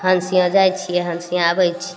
हन सिना जाइ छियै हन सिना आबय छियै